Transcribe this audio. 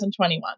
2021